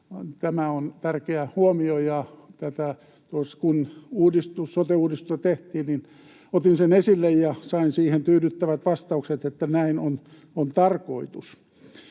Tämä on tärkeä huomio, ja kun sote-uudistusta tehtiin, niin otin sen esille ja sain siihen tyydyttävät vastaukset, että näin on tarkoitus.